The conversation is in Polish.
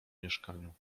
mieszkaniu